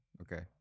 Okay